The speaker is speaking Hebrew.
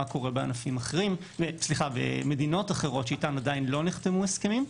קורה במדינות אחרות שאתן עדיין לא נחתמו הסכמים.